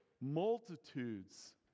multitudes